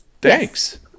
thanks